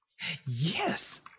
Yes